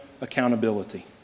accountability